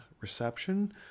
reception